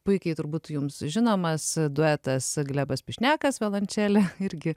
puikiai turbūt jums žinomas duetas glebas pišnekas violončelė irgi